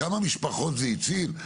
כמה משפחות היא הצילה?